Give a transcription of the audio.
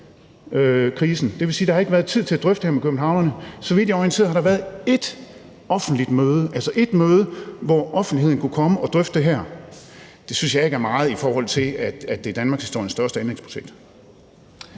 og det vil sige, at der ikke har været tid til at drøfte det her med københavnerne. Så vidt jeg er orienteret, har der været ét offentligt møde, altså et møde, hvor offentligheden kunne komme og drøfte det her. Det synes jeg ikke er meget, i forhold til at det er danmarkshistoriens største anlægsprojekt.